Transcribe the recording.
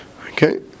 Okay